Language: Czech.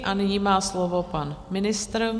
A nyní má slovo pan ministr.